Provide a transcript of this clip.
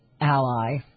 ally